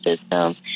system